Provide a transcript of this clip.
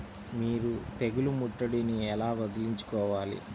మీరు తెగులు ముట్టడిని ఎలా వదిలించుకోవాలి?